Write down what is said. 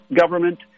government